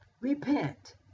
Repent